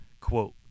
Quote